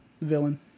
villain